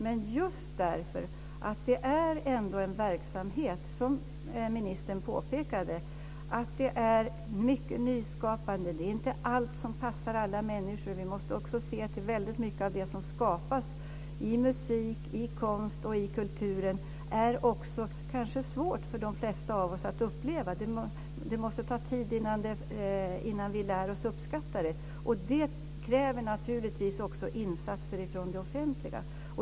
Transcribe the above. Men det är en verksamhet där det finns mycket nyskapande, som ministern påpekade. Det är inte allt som passar alla människor. Vi måste också se till att väldigt mycket av det som skapas i musik, konst och kultur kanske är svårt för de flesta av oss att uppleva. Det tar tid innan vi lär oss uppskatta det. Det kräver naturligtvis också insatser från det offentliga.